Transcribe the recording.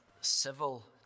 civil